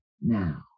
now